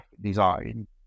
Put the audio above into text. design